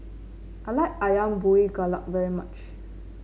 I like ayam Buah Keluak very much